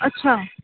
ਅੱਛਾ